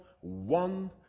one